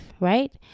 right